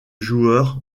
joueur